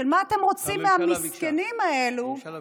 מה אתם רוצים מהמסכנים האלו, הממשלה ביקשה.